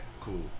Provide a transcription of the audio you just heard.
cool